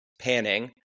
panning